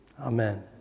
Amen